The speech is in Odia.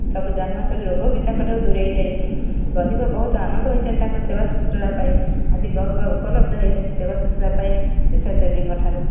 ସବୁ ଜନ୍ମନ୍ତ ରୋଗ ବି ତାଙ୍କଠୁ ଦୂରେଇ ଯାଇଛି ଗରିବ ବହୁତ ଆନନ୍ଦ ହୋଇଛନ୍ତି ତାଙ୍କ ସେବା ଶୁଶ୍ରୂଷା ପାଇଁ ଆଜି ଗରିବ ଉପଲବ୍ଧ ହୋଇଛନ୍ତି ସେବା ଶୁଶ୍ରୂଷା ପାଇଁ ଶେଚ୍ଛାସେବୀଙ୍କଠାରୁ